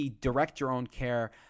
direct-your-own-care